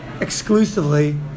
exclusively